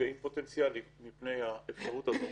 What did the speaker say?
נפגעים פוטנציאליים מפני האפשרות הזו